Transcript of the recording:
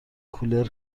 کولر